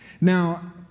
Now